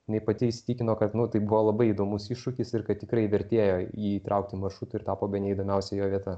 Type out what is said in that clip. jinai pati įsitikino kad nu tai buvo labai įdomus iššūkis ir kad tikrai vertėjo jį įtraukti į maršrutą ir tapo bene įdomiausia jo vieta